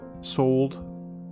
sold